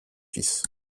fils